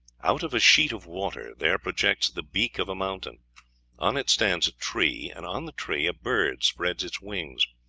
out of a sheet of water there projects the peak of a mountain on it stands a tree, and on the tree a bird spreads its wings.